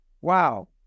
wow